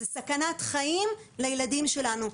זו סכנת חיים לילדים שלנו.